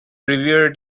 revered